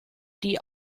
die